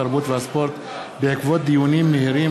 התרבות והספורט בעקבות דיונים מהירים